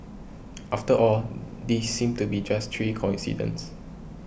after all these seem to be just three coincidences